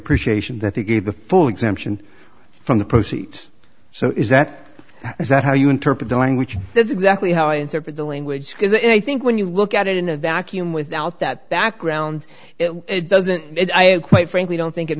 appreciation that they gave the full exemption from the proceeds so is that is that how you interpret the language is exactly how i interpret the language because i think when you look at it in a vacuum without that background it doesn't quite frankly don't think it